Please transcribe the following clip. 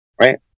Right